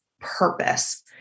purpose